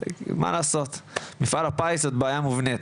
מה לעשות, מפעל הפיס זו בעיה מובנית.